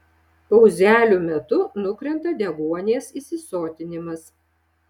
pauzelių metu nukrenta deguonies įsisotinimas